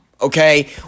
Okay